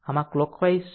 આમ આ જેમ કલોકવાઈઝ છે